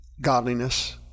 godliness